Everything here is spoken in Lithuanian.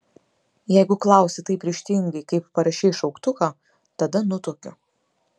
jeigu klausi taip ryžtingai kaip parašei šauktuką tada nutuokiu